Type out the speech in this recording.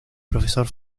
profesor